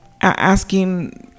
asking